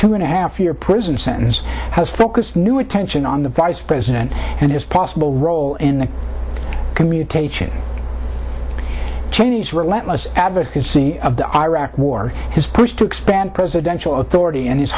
two and a half year prison sentence has focused new attention on the vice president and his possible role in the community cheney's relentless advocacy of the iraq war his push to expand presidential authority and his